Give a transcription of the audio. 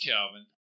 Calvin